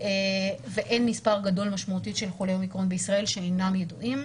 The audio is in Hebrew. ואין מספר גדול משמעותי של חולי אומיקרון בישראל שאינם ידועים.